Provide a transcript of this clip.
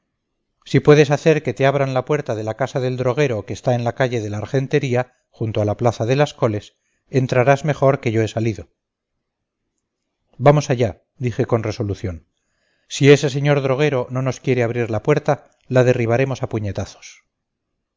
si puedes hacer que te abran la puerta de la casa del droguero que está en la calle de la argentería junto a la plaza de las coles entrarás mejor que yo he salido vamos allá dije con resolución si ese señor droguero no nos quiere abrir la puerta la derribaremos a puñetazos